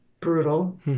Brutal